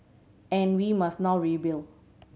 and we must now rebuild